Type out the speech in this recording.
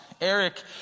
Eric